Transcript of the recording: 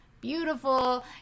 beautiful